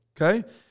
Okay